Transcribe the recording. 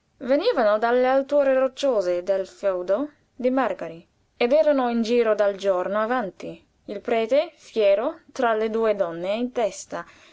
venivano dalle alture rocciose del fèudo di màrgari ed erano in giro dal giorno avanti il prete fiero tra le due donne in testa